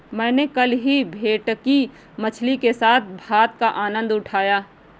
मैंने कल ही भेटकी मछली के साथ भात का आनंद उठाया